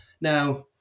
Now